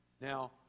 Now